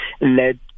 led